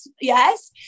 Yes